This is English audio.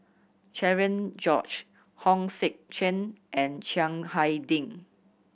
Cherian George Hong Sek Chern and Chiang Hai Ding